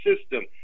system